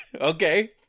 Okay